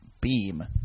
Beam